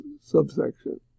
subsection